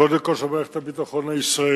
קודם כול של מערכת הביטחון הישראלית,